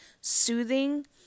soothing